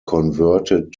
converted